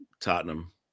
Tottenham